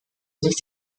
sich